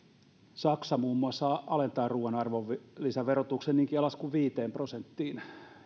saksa muun muassa alentaa ruuan arvonlisäverotuksen niinkin alas kuin viiteen prosenttiin